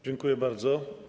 Dziękuję bardzo.